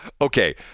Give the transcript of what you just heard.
Okay